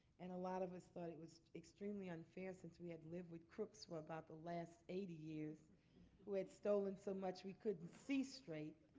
and a lot of us thought it was extremely unfair, since we have lived with crooks for about the last eighty years who had stolen so much we couldn't see straight.